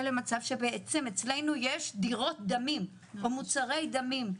למצב שאצלנו יש דירות דמים או מוצרי דמים.